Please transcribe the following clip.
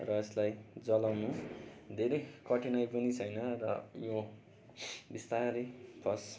र यसलाई जलाउनु धेरै कठिनाइ पनि छैन र यो बिस्तारै फर्स्ट आगो लगाए पछि